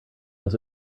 does